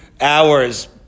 hours